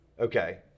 Okay